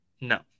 No